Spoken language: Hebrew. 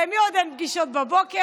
למי עוד אין פגישות בבוקר?